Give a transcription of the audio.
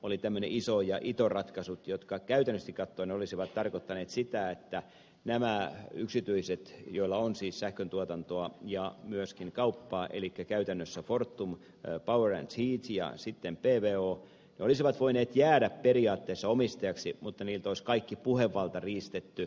oli tämmöiset iso ja ito ratkaisut jotka käytännöllisesti katsoen olisivat tarkoittaneet sitä että nämä yksityiset joilla siis on sähköntuotantoa ja myöskin kauppaa eli käytännössä fortum power heat ja pvo olisivat voineet jäädä periaatteessa omistajiksi mutta niiltä olisi kaikki puhevalta riistetty